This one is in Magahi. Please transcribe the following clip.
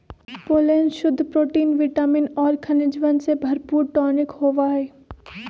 पोलेन शुद्ध प्रोटीन विटामिन और खनिजवन से भरपूर टॉनिक होबा हई